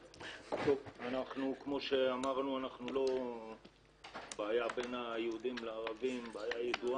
כמו שאמרנו, הבעיה בין יהודים לערבים ידועה,